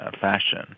fashion